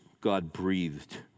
God-breathed